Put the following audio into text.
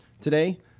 today